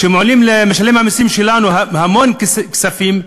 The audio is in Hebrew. שעולים למשלם המסים שלנו המון כספים,